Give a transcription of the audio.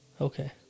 Okay